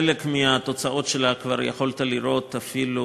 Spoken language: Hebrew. חלק מהתוצאות שלה כבר יכולת לראות אפילו